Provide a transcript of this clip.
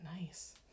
nice